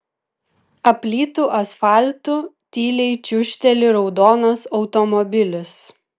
aplytu asfaltu tyliai čiūžteli raudonas automobilis